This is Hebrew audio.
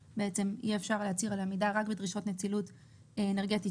ויהיה אפשר להצהיר על עמידה רק בדרישות נצילות אנרגטית